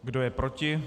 Kdo je proti?